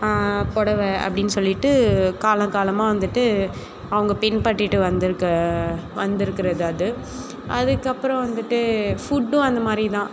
புடவ அப்படின்னு சொல்லிட்டு காலம் காலமாக வந்துட்டு அவங்க பின்பற்றிட்டு வந்துருக்க வந்துருக்கிறது அது அதுக்கப்புறம் வந்துட்டு ஃபுட்டும் அந்தமாதிரி தான்